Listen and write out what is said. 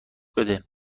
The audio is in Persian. بده